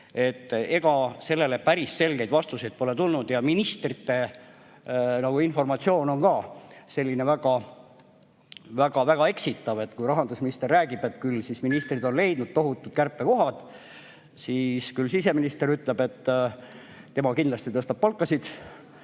Ega päris selgeid vastuseid pole tulnud ja ministrite informatsioon on ka selline väga-väga-väga eksitav. Kui rahandusminister räägib, et ministrid on leidnud tohutud kärpekohad, siis siseminister ütleb, et tema kindlasti tõstab palkasid,